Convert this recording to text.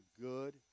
good